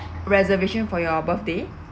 reservation for your birthday